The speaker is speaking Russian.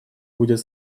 будет